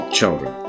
children